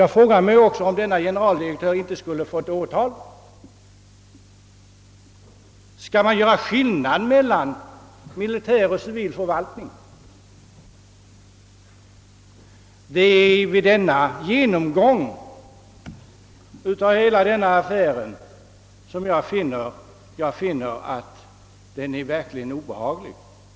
Jag frågar mig om inte denne generaldirektör också skulle ha åtalats. Skall det göras skillnad mellan militäroch civilförvaltning? Det är vid genomgången av hela denna affär som jag funnit att den verkligen är obehaglig.